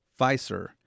Pfizer